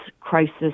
crisis